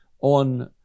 on